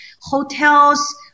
Hotels